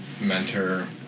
mentor